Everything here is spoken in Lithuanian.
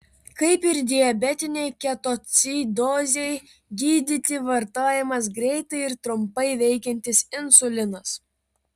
kaip ir diabetinei ketoacidozei gydyti vartojamas greitai ir trumpai veikiantis insulinas